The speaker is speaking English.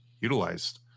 utilized